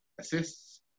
assists